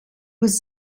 was